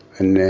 and